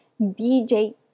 DJ